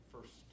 first